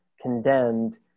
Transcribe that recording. condemned